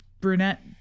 brunette